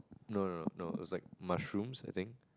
no no no no it was like mushrooms I think